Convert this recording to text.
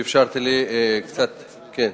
תודה,